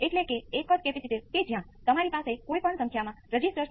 તે શું હતું સ્ટડી સ્ટેટ રિસ્પોન્સ